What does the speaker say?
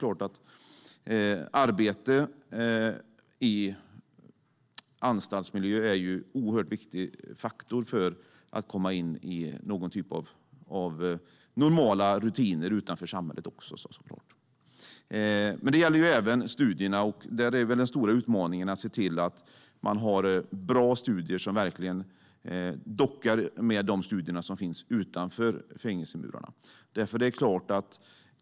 Arbete i anstaltsmiljö är en oerhört viktig faktor för att de intagna ska komma in i någon typ av normala rutiner också utanför i samhället. Det gäller även studierna. Där är den stora utmaningen att se till att de intagna har bra studier som verkligen dockar med de studier som finns utanför fängelsemurarna.